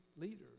leaders